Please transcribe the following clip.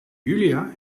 julia